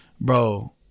bro